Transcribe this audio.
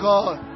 God